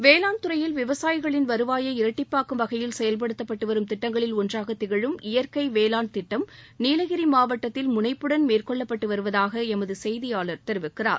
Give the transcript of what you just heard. வேளாண் துறையில் விவசாயிகளின் வருவாயை இரட்டிப்பாக்கும் வகையில் செயல்படுத்தப்பட்டு வரும் திட்டங்களில் ஒன்றாகத் திகழும் இயற்கை வேளான் திட்டம் நீலகிரி மாவட்டத்தில் முனைப்புடன் மேற்கொள்ளப்பட்டு வருவதாக எமது செய்தியாளர் தெரிவிக்கிறார்